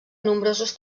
nombrosos